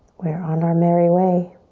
we're on our merry way.